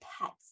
pets